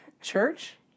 church